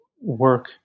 work